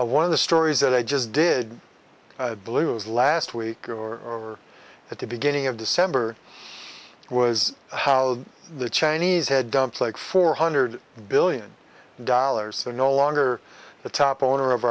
through one of the stories that i just did blues last week or at the beginning of december it was how the chinese had dumped like four hundred billion dollars they're no longer the top owner of